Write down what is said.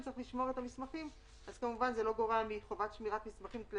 התוספת בסעיף 4 "או מחובת שמירת מסמכים לפי כל דין",